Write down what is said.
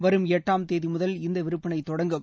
வரும் எட்டாம் தேதிமுதல் இந்தவிற்பனைதொடங்கும்